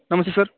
ನಮಸ್ತೆ ಸರ್